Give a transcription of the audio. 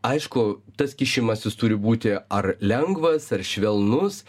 aišku tas kišimasis turi būti ar lengvas ar švelnus